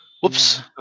whoops